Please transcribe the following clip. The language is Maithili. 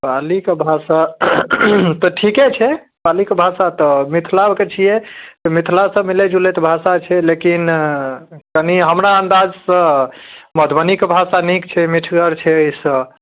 पालीके भाषा तऽ ठीके छै पालीके भाषा तऽ मिथलाके छियै मिथलासँ मिलैत जुलैत भाषा छै लेकिन कनि हमरा अन्दाजसँ मधुबनीके भाषा निक छै मिठगर छै एहिसँ